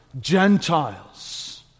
Gentiles